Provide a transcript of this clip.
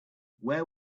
where